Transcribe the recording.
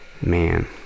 man